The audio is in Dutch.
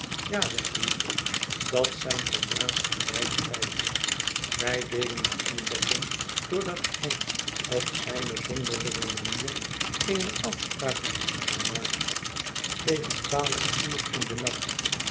ja zegtweevle dat zijn ten naastenbij de feiten wij deden die ontdekking doordat hij op zijne zonderlinge manier eene afspraak met u gemaakt had tegen twaalf uur in den nacht